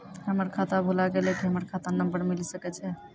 हमर खाता भुला गेलै, की हमर खाता नंबर मिले सकय छै?